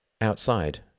Outside